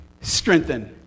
strengthen